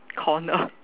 corner